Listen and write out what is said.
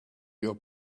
your